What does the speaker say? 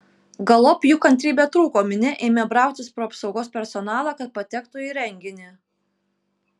galop jų kantrybė trūko minia ėmė brautis pro apsaugos personalą kad patektų į renginį